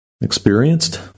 experienced